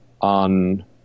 on